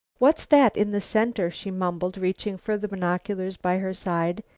what's that in the center? she mumbled, reaching for the binoculars by her side.